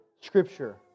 Scripture